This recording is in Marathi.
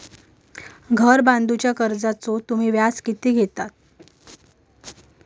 घर बांधूच्या कर्जाचो तुम्ही व्याज किती घेतास?